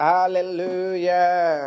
Hallelujah